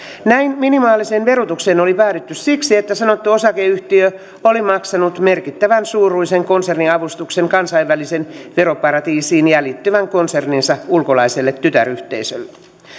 näin minimaaliseen verotukseen oli päädytty siksi että sanottu osakeyhtiö oli maksanut merkittävän suuruisen konserniavustuksen kansainvälisen veroparatiisiin jäljittyvän konserninsa ulkolaiselle tytäryhteisölle